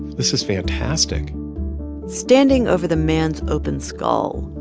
this is fantastic standing over the man's open skull,